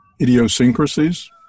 idiosyncrasies